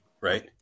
right